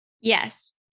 Yes